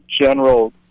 general